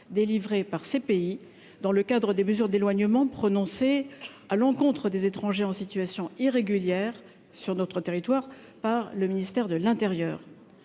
délivrés par ces pays dans le cadre des mesures d'éloignement prononcées à l'encontre des étrangers en situation irrégulière sur notre territoire par le ministère de l'Intérieur,